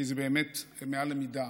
כי זה באמת מעל למידה.